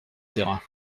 terrain